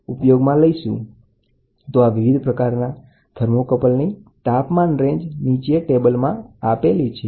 T type J type E type અને K type જુદા જુદા થર્મોકપલ પદાર્થની તાપમાન રેન્જ નીચે મુજબ છે